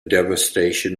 devastation